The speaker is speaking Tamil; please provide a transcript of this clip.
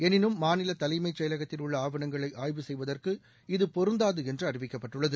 எனினும் மாநில தலைமைச் செயலகத்தில் உள்ள ஆவணங்களை ஆய்வு செய்வதற்கு இது பொருந்தாது என்று அறிவிக்கப்பட்டுள்ளது